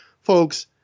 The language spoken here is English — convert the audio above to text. folks